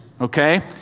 okay